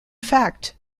fact